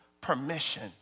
permission